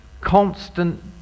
constant